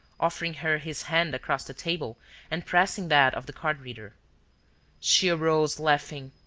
offering her his hand across the table and pressing that of the card-reader. she arose, laughing.